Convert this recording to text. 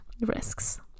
risks